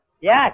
Yes